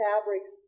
fabrics